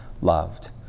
loved